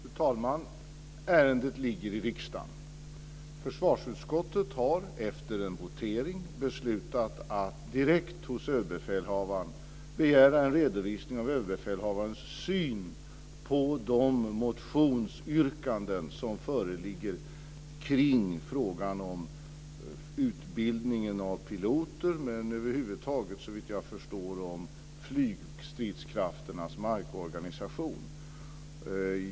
Fru talman! Ärendet ligger i riksdagen. Försvarsutskottet har efter en votering beslutat att direkt hos Överbefälhavaren begära en redovisning av Överbefälhavarens syn på de motionsyrkanden som föreligger kring frågan om utbildningen av piloter men också, såvitt jag förstår, över huvud taget om flygstridskrafternas markorganisation.